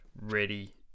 ready